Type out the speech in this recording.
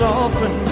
often